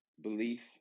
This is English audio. belief